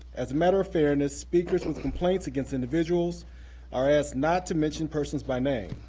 as a matter of fairness, speakers with complaints against individuals are asked not to mention persons by name.